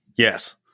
Yes